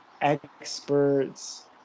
experts